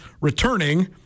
returning